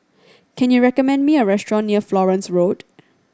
can you recommend me a restaurant near Florence Road